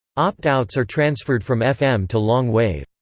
opt-outs are transferred from fm to long wave.